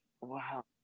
Wow